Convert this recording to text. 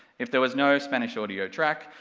if there was no spanish audio track,